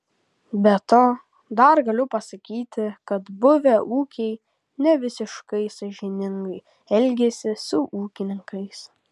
be to dar galiu pasakyti kad buvę ūkiai nevisiškai sąžiningai elgiasi su ūkininkais